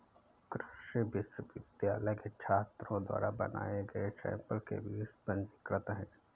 कृषि विश्वविद्यालय के छात्रों द्वारा बनाए गए सैंपल के बीज पंजीकृत हैं